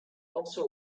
also